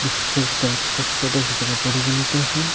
বিশ্বৰ ভিতৰত শ্ৰেষ্ঠ দেশ হিচাপে পৰিগণিত হয়